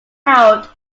out